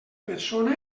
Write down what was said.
persona